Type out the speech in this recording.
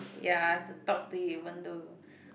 ya I have to talk to you even though